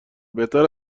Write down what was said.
بهتر